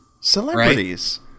Celebrities